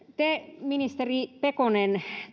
te ministeri pekonen